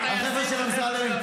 מחפשים על מה לבכות.